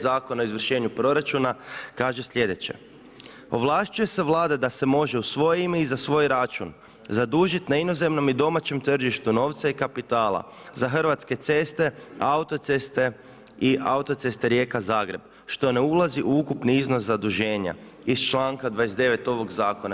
Zakona o izvršenju proračuna kaže sljedeće „Ovlašćuje se Vlada da se može u svoje ime i za svoj račun zadužiti na inozemnom i domaćem tržištu novca i kapitala za Hrvatske ceste, autoceste i Autoceste Rijeka-Zagreb što ne ulazi u ukupni iznos zaduženja iz članka 29. ovog Zakona“